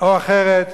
או אחרת,